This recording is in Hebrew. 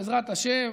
בעזרת השם,